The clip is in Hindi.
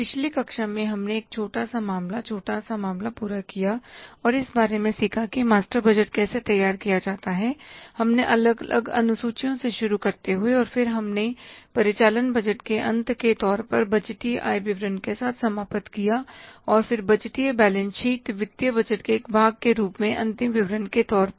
पिछली कक्षा में हमने एक छोटा मामलाछोटा सा मामला पूरा किया और इस बारे में सीखा कि मास्टर बजट कैसे तैयार किया जाता हैहमने अलग अलग अनुसूचियां से शुरू करते हुए और फिर हमने परिचालन बजट के अंत के तौर पर बजटीय आय विवरण के साथ समाप्त किया और फिर बजटीय बैलेंस शीट वित्तीय बजट के एक भाग के रूप में अंतिम विवरण के तौर पर